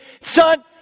Son